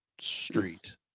street